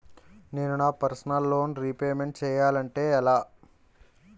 నేను నా personal loan repayment చేయాలంటే ఎలా?